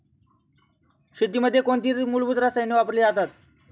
शेतीमध्ये कोणती मूलभूत रसायने वापरली जातात?